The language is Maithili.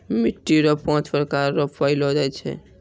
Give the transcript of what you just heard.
मिट्टी रो पाँच प्रकार रो पैलो जाय छै